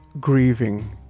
grieving